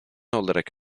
olarak